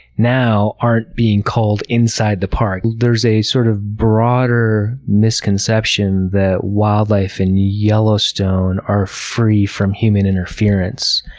now, aren't being culled inside the park. there's a sort of broader misconception that wildlife in yellowstone are free from human interference,